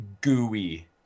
Gooey